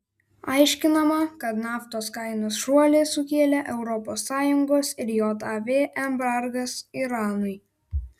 aiškinama kad naftos kainos šuolį sukėlė europos sąjungos ir jav embargas iranui